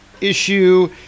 issue